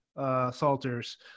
Salters